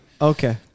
Okay